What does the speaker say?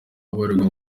abarirwa